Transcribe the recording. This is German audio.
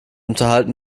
unterhalten